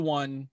one